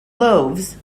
loaves